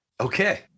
Okay